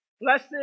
Blessed